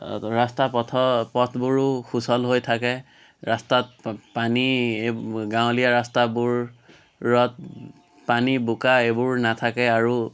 ৰাস্তা পথৰ পথবোৰো সুচল হৈ থাকে ৰাস্তাত পানী গাঁৱলীয়া ৰাস্তাবোৰত পানী বোকা এইবোৰ নাথাকে আৰু